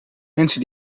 mensen